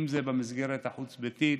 אם זה במסגרת החוץ-ביתית,